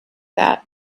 that